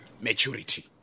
Maturity